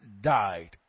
died